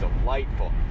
delightful